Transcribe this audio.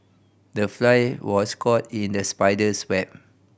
the fly was caught in the spider's web